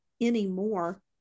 anymore